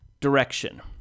direction